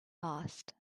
last